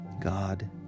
God